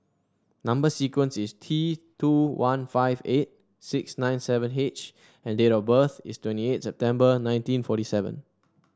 number sequence is T two one five eight six nine seven H and date of birth is twenty eight September nineteen forty seven